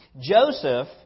Joseph